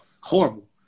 Horrible